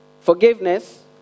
Forgiveness